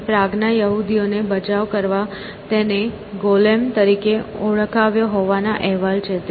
અને પ્રાગના યહૂદીઓનો બચાવ કરવા તેને ગોલેમ તરીકે ઓળખાવ્યો હોવાના અહેવાલ છે